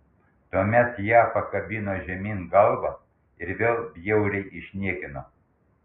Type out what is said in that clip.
tuomet ją pakabino žemyn galva ir vėl bjauriai išniekino